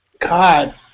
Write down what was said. God